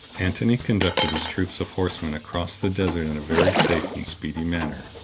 antony conducted his troop of horsemen across the desert in a very safe and speedy manner,